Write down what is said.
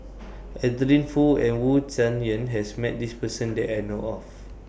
Adeline Foo and Wu Tsai Yen has Met This Person that I know of